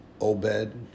Obed